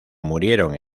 murieron